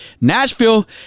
Nashville